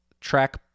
track